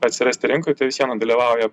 atsirasti rinkoj tai vis viena dalyvauja